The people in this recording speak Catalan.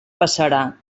passarà